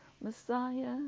Messiah